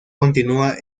continúa